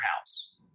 house